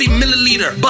milliliter